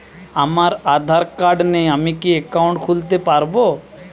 আমার আধার কার্ড নেই আমি কি একাউন্ট খুলতে পারব?